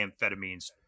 amphetamines